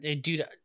dude